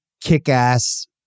kick-ass